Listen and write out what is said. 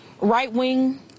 right-wing